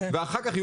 ואחר כך,